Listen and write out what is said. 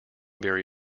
very